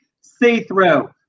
see-through